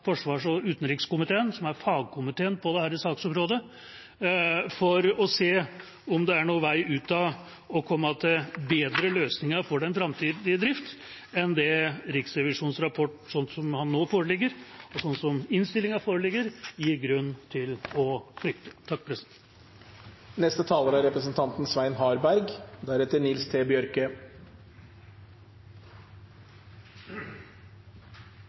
og forsvarskomiteen, som er fagkomiteen på dette saksområdet, for å se om det er noen vei ut, om en kan komme til bedre løsninger for den framtidige drift enn det Riksrevisjonens rapport, sånn som den nå foreligger, og innstillinga, sånn som den foreligger, gir grunn til å frykte.